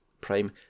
Prime